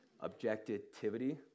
Objectivity